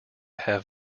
have